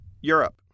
Europe